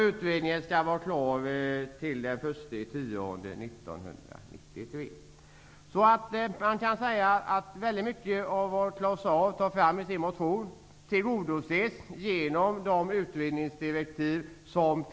Utredningen skall vara klar den 1 Mycket av det som Claus Zaar säger i sin motion tillgodoses genom utredningsdirektiven.